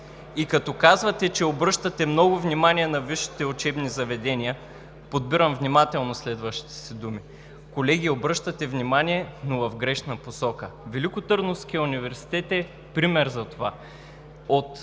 И като казвате, че обръщате много внимание на висшите учебни заведения – подбирам внимателно следващите си думи – колеги, обръщате внимание, но в грешна посока. Великотърновският университет е пример за това: